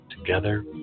Together